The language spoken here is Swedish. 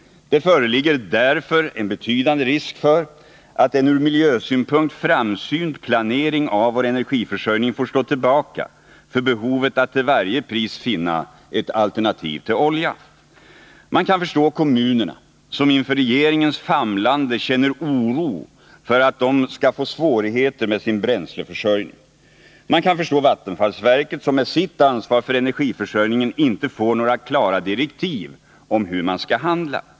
Det föreligger därför en betydande risk för att en ur miljösynpunkt framsynt planering av vår energiförsörjning får stå tillbaka för behovet att till varje pris finna ett alternativ till olja. Man kan förstå kommunerna, som inför regeringens famlande känner oro för att de skall få svårigheter med sin bränsleförsörjning. Man kan förstå vattenfallsverket, som med sitt ansvar för energiförsörjningen inte får några klara direktiv om hur det skall handla.